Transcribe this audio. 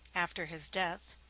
after his death,